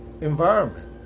environment